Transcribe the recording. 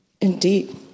Indeed